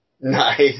Nice